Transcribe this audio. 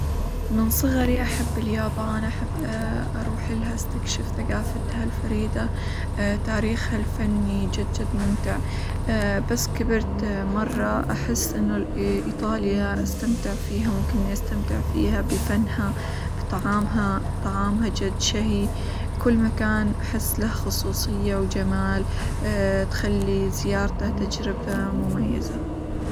من صغري أحب اليابان أحب أروح لها استكشف ثقافتها الفريدة، تاريخها الفني جد جد ممتع ، بس كبرت مرة أحس إنه ايطاليا أستمتع فيها ممكن إني أستمتع فيها بفنها، بطعامها، طعامها جد شهي، كل مكان أحس له خصوصية، وجمال تخلي زيارته تجربة مميزة.